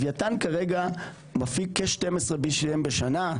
לווייתן כרגע מפיק כ-BCM12 בשנה.